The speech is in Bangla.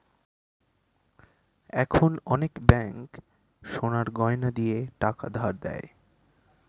এখন অনেক ব্যাঙ্ক সোনার গয়না নিয়ে টাকা ধার দেয়